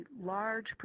large